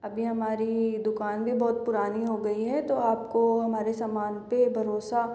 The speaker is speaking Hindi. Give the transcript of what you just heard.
अभी हमारी दुकान भी बहुत पुरानी हो गई है तो आपको हमारे समान पे भरोसा